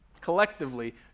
collectively